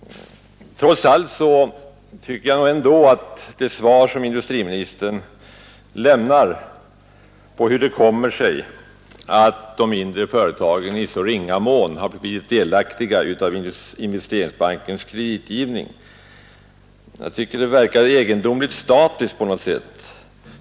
Trots allt tycker jag att industriministerns svar på frågan hur det kommer sig att de mindre företagen i så ringa mån blivit delaktiga av Investeringsbankens kreditgivning på något sätt verkar egendomligt statiskt.